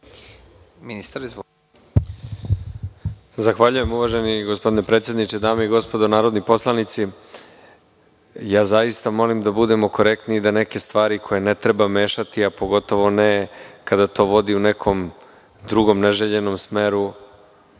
Selaković** Zahvaljujem, uvaženi gospodine predsedniče. Dame i gospodo narodni poslanici, zaista molim da budemo korektni i da neke stvari koje ne treba mešati, a pogotovo ne kada to vodi u neki drugi neželjeni smer,